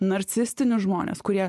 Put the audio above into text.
narcistinius žmones kurie